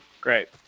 Great